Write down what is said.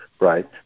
right